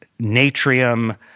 Natrium